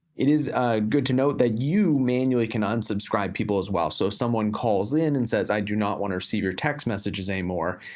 it is good to note that you manually can unsubscribe people as well. so if someone calls in and says i do not wanna receive your text messages anymore,